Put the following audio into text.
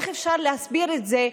איך אפשר להסביר את זה?